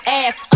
ass